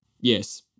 Yes